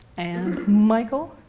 and michael,